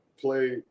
play